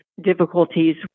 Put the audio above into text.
difficulties